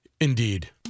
Indeed